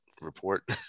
report